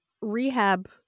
rehab